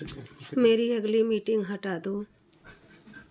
मेरी अगली मीटिंग हटा दो